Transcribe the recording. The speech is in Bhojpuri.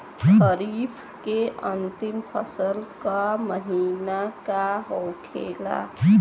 खरीफ के अंतिम फसल का महीना का होखेला?